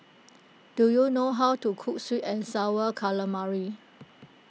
do you know how to cook Sweet and Sour Calamari